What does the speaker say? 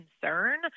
concern